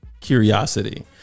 curiosity